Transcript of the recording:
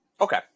Okay